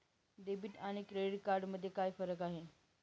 Debit आणि credit card मध्ये काय फरक आहे?